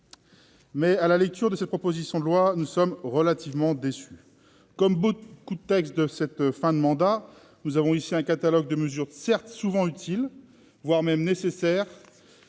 Mais, à la lecture de cette proposition de loi, nous sommes relativement déçus. Comme beaucoup de textes de cette fin de mandat, celle-ci contient un catalogue de mesures, souvent utiles, certes, voire nécessaires.